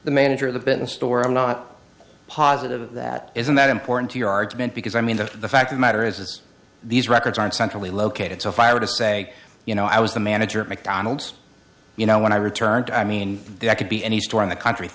the manager of the bin store i'm not positive that isn't that important to your argument because i mean the the fact of matter is is these records aren't centrally located so if i were to say you know i was the manager at mcdonald's you know when i returned i mean i could be any store in the country